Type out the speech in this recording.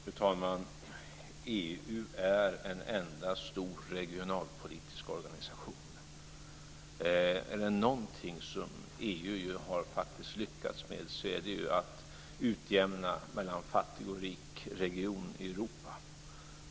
Fru talman! EU är en enda stor regionalpolitisk organisation. Är det någonting som EU faktiskt har lyckats med så är det ju att utjämna mellan fattig och rik region i Europa.